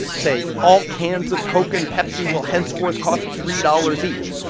say, all cans of coke and pepsi will henceforth cost three dollars each.